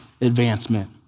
advancement